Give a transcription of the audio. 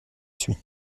suit